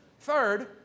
Third